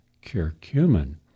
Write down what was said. curcumin